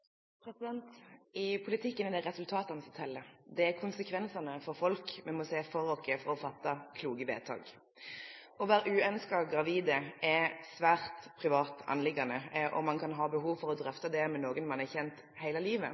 det resultatene som teller. Det er konsekvensene for folk vi må se for oss for å fatte kloke vedtak. Å være uønsket gravid er et svært privat anliggende, og man kan ha behov for å drøfte det med noen man har kjent hele livet.